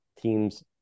teams